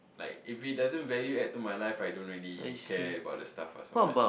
like if it doesn't value add to my life I don't really care about the stuff so much